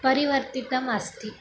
परिवर्तितम् अस्ति